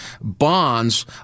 bonds